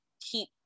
keep